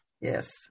Yes